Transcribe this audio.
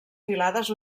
filades